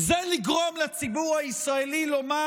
זה לגרום לציבור הישראלי לומר: